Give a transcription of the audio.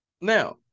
Now